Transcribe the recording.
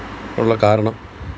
ഉള്ള കാരണം